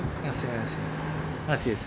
ah sian ah sian I see what you're saying